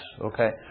okay